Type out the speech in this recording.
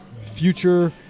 future